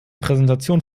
präsentation